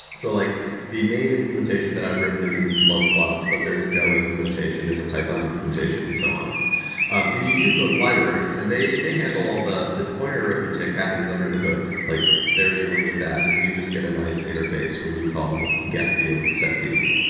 so like the main implementation that i've written is in c plus plus, but there's a go implementation. there's a python implementation and so on. um and you use those libraries, and they they handle all the these pointer arithmetic happens under the hood. like they're dealing with that and you just get a nice interface where you call get field, set field.